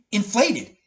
inflated